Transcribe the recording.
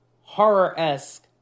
horror-esque